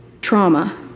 trauma